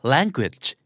Language